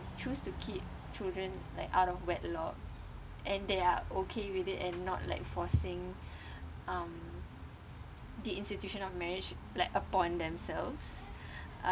choose to keep children like out of wedlock and they are okay with it and not like forcing um the institution of marriage like upon themselves uh